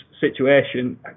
situation